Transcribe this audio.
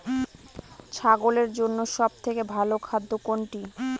ছাগলের জন্য সব থেকে ভালো খাদ্য কোনটি?